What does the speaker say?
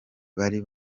bari